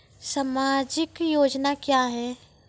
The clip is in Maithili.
समाजिक योजना क्या हैं?